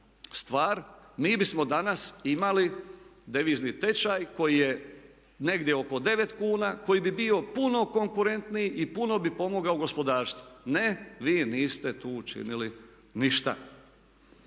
stvar. Mi bismo danas imali devizni tečaj koji je negdje oko 9 kuna koji bi bio puno konkurentniji i puno bi pomogao gospodarstvu. Ne, vi niste tu učinili ništa.